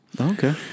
Okay